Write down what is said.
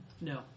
no